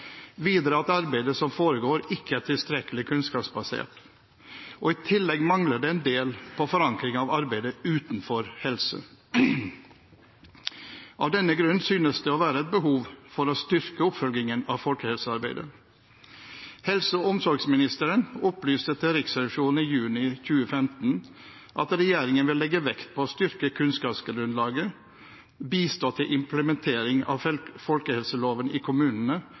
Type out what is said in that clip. videre at arbeidet som foregår, ikke er tilstrekkelig kunnskapsbasert. I tillegg mangler det en del på forankring av arbeidet utenfor helse. Av denne grunn synes det å være et behov for å styrke oppfølgingen av folkehelsearbeidet. Helse- og omsorgsministeren opplyste til Riksrevisjonen i juni 2015 at regjeringen vil legge vekt på å styrke kunnskapsgrunnlaget, bistå til implementering av folkehelseloven i kommunene